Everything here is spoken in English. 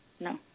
No